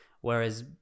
Whereas